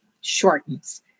shortens